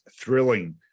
thrilling